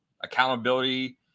accountability